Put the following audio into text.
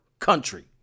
country